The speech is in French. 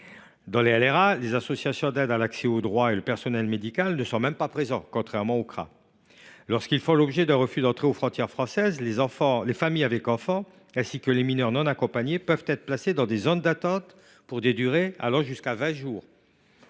Dans les LRA, les associations d’aide à l’accès aux droits et le personnel médical ne sont pas présents, contrairement aux CRA. En cas de refus d’entrée aux frontières françaises, les familles avec enfant, ainsi que les mineurs non accompagnés peuvent être placés dans les zones d’attente, pour des durées allant jusqu’à vingt jours